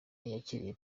yakiriye